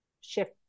shift